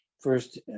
first